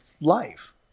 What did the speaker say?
life